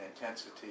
intensity